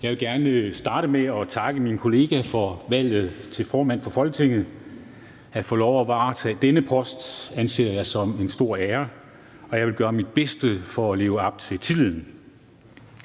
Jeg vil gerne starte med at takke mine kolleger for valget til formand for Folketinget. At få lov at varetage denne post anser jeg som en stor ære, og jeg vil gøre mit bedste for at leve op til tilliden.